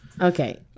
Okay